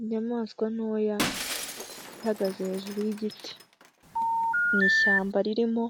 Inyamaswa ntoya ihagaze hejuru y'igiti mu ishyamba ririmo